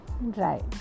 right